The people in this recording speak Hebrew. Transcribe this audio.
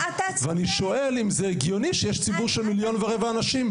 ואני שואל אם זה בסדר שיש ציבור של מיליון ורבע אנשים,